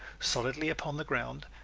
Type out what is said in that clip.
solidly upon the ground,